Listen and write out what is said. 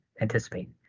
anticipate